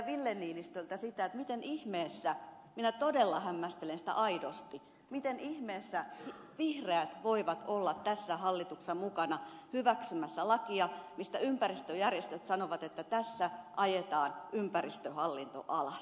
ville niinistöltä miten ihmeessä minä todella hämmästelen sitä aidosti vihreät voivat olla tässä hallituksessa mukana hyväksymässä lakia mistä ympäristöjärjestöt sanovat että tässä ajetaan ympäristöhallinto alas